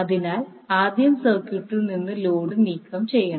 അതിനാൽ ആദ്യം സർക്യൂട്ടിൽ നിന്ന് ലോഡ് നീക്കം ചെയ്യണം